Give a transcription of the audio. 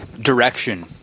direction